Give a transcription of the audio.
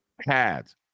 pads